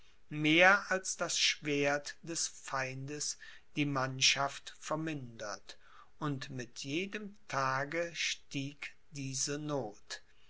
mehr als das schwert des feindes die mannschaft vermindert und mit jedem tage stieg diese noth